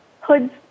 Hood's